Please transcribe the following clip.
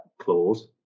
clause